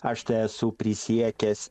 aš tai esu prisiekęs